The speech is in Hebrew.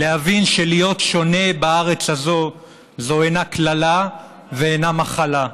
להבין שלהיות שונה בארץ הזאת זה לא קללה ולא מחלה.